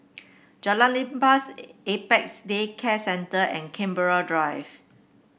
Jalan Lepas Apex Day Care Centre and Canberra Drive